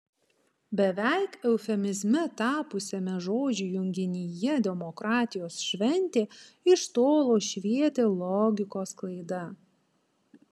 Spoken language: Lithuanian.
beveik eufemizme tapusiame žodžių junginyje demokratijos šventė iš tolo švietė logikos klaida